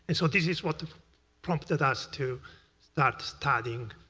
and so this is what prompted us to start studying